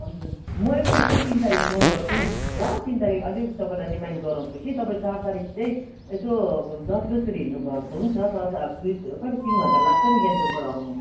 हजुर म एकपल्ट फेरि तिन तारिक फोन गर्छु नि ल तिन तारिक अझै तपाईँलाई रिमाइन्ड गराउँछु कि तपाईँ चार तारिक चाहिँ यसो दस बजीतिर हिँड्नुभयो भने हुन्छ दस अब दुई कति तिन घन्टा त लाग्छ नि ग्यान्टोकबाट आउनु